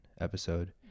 episode